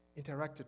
interacted